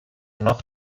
noch